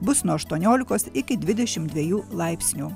bus nuo aštuoniolikos iki dvidešimt dviejų laipsnių